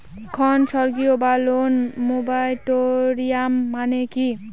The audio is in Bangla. ঋণ স্থগিত বা লোন মোরাটোরিয়াম মানে কি?